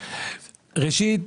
ראשית,